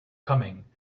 coming